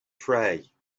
pray